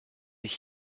ich